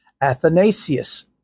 Athanasius